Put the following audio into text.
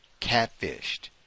catfished